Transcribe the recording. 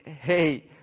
hey